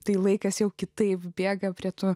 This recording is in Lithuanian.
tai laikas jau kitaip bėga prie to